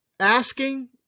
Asking